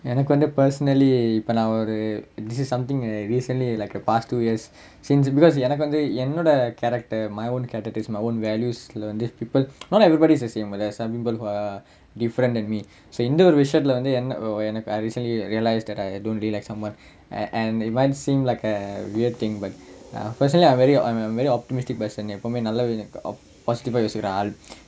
எனக்கு வந்து:enakku vanthu personally இப்ப நா ஒரு:ippa naa oru this is something err recently like the past two years since because எனக்கு வந்து என்னோட:enakku vanthu ennoda character my own character it's my own values lah வந்து:vanthu people not everybody's the same but there's some people who are different than me so இந்த ஒரு விஷயத்துல வந்து என்ன எனக்கு:intha oru vishayathula vanthu enna enakku I recently I realise that I don't really like someone and it might seem like a weird thing but uh personally I'm I'm a very optimistic person எப்பவுமே நல்லாவே நினைப்பேன்:eppavumae nallaavae ninaippaen ஒரு ஆள்:oru aal